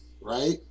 right